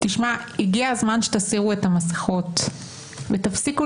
-- הגיע הזמן שתסירו את המסכות ותפסיקו